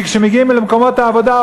כי כשמגיעים למקומות העבודה,